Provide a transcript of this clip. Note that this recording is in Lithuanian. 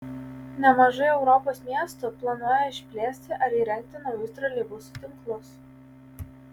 nemažai europos miestų planuoja išplėsti ar įrengti naujus troleibusų tinklus